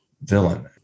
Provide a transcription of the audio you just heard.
villain